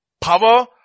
power